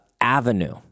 avenue